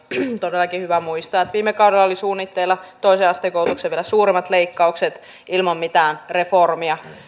todellakin on hyvä muistaa että viime kaudella oli suunnitteilla toisen asteen koulutukseen vielä suuremmat leikkaukset ilman mitään reformia